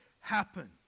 happen